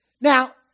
Now